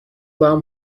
باهم